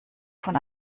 von